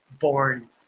born